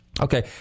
Okay